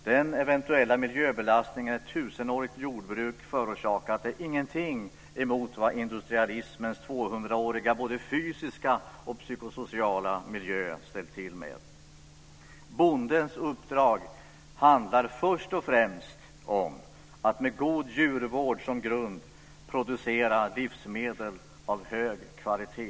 Den eventuella miljöbelastning som ett tusenårigt jordbruk har förorsakat är ingenting emot vad industrialismens tvåhundraåriga både fysiska och psykosociala miljö ställt till med. Bondens uppdrag handlar först och främst om att med god djurvård som grund producera livsmedel av hög kvalitet.